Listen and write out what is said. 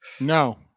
No